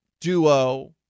duo